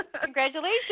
congratulations